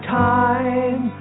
time